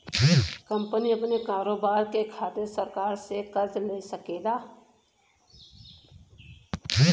company अपने कारोबार के खातिर सरकार से कर्ज ले सकेला